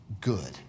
good